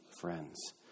friend's